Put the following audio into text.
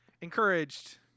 encouraged